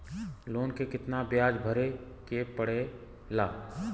Loan के कितना ब्याज भरे के पड़े ला?